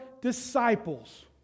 disciples